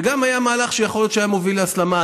וגם היה מהלך שיכול להיות שהיה מוביל להסלמה.